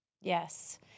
Yes